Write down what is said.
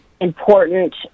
important